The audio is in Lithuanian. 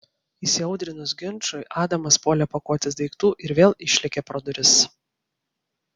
įsiaudrinus ginčui adamas puolė pakuotis daiktų ir vėl išlėkė pro duris